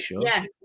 Yes